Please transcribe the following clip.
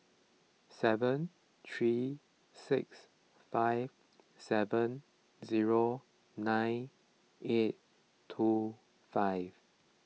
seven three six five seven zero nine eight two five